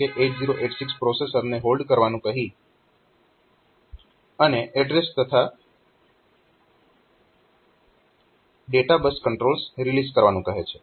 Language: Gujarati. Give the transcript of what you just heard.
તેઓ 8086 પ્રોસેસરને હોલ્ડ કરવાનું કહી અને એડ્રેસ તથા ડેટા બસ કંટ્રોલ્સ રિલીઝ કરવાનું કહે છે